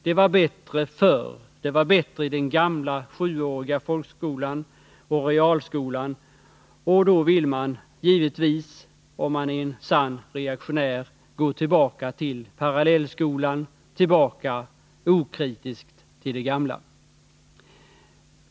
Det var bättre förr, det var bättre i den gamla sjuåriga folkskolan och realskolan, och då vill man givetvis -— om man är en sann reaktionär — gå tillbaka till parallellskolan, tillbaka okritiskt till det gamla.